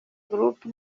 groupe